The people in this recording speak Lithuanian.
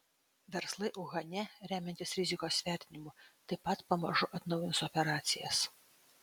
verslai uhane remiantis rizikos vertinimu taip pat pamažu atnaujins operacijas